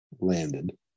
landed